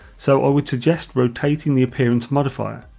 so i would suggest rotating the appearance modifier,